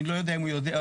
אני לא יודע אם הוא יודע.